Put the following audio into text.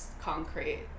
concrete